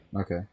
okay